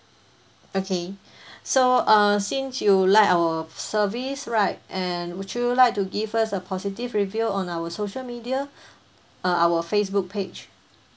okay so err since you like our service right and would you like to give us a positive review on our social media uh our facebook page